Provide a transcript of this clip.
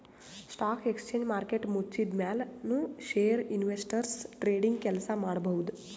stock exchange market ಮುಚ್ಚಿದ್ಮ್ಯಾಲ್ ನು share investors trading ಕೆಲ್ಸ ಮಾಡಬಹುದ್